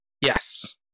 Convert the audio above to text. yes